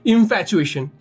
Infatuation